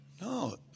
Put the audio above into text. No